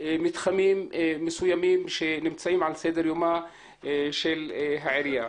מתחמים מסוימים שנמצאים על סדר יומה של העירייה.